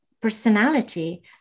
personality